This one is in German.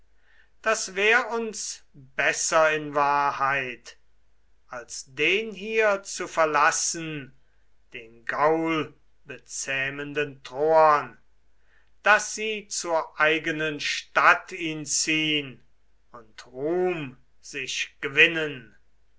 das wär uns besser in wahrheit als den hier zu verlassen den gaulbezähmenden troern daß sie zur eigenen stadt ihn ziehn und ruhm sich gewinnen